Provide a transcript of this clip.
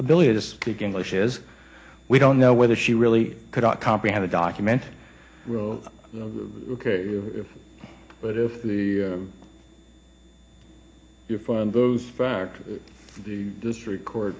ability to speak english is we don't know whether she really could not comprehend a document ok but if you find those fact the district court